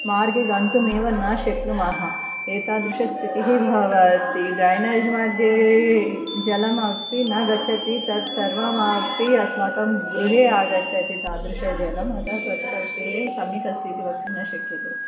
मार्गे गन्तुमेव न शक्नुमः एतादृशस्तितिः भवति ड्रैनेज् मद्ये जलमपि न गच्छति तत्सर्वमपि अस्माकं गृहे आगच्छति तादृशजलम् अतः स्वच्छताविषये सम्यकस्ति इति वक्तुं न शक्यते